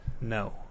No